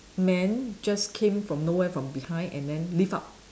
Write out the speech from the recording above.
man just came from nowhere from behind and then lift up